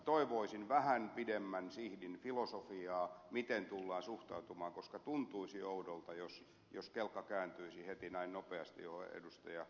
toivoisin vähän pidemmän sihdin filosofiaa miten tullaan suhtautumaan koska tuntuisi oudolta jos kelkka kääntyisi heti näin nopeasti mihin ed